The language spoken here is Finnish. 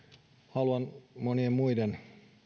haluan monien muiden